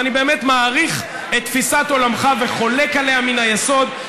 ואני באמת מעריך את תפיסת עולמך וחולק עליה מן היסוד,